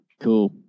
Cool